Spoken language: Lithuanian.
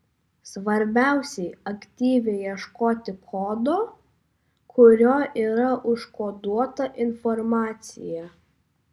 svarbiausia aktyviai ieškoti kodo kuriuo yra užkoduota informacija